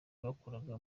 bakoraga